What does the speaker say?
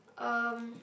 um